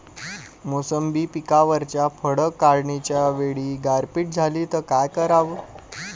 मोसंबी पिकावरच्या फळं काढनीच्या वेळी गारपीट झाली त काय कराव?